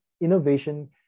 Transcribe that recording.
innovation